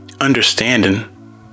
understanding